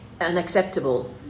unacceptable